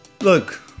look